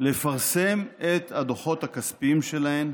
לפרסם את הדוחות הכספיים שלהן